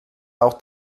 auch